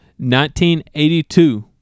1982